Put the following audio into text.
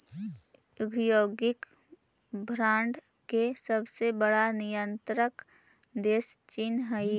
औद्योगिक भांड के सबसे बड़ा निर्यातक देश चीन हई